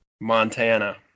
Montana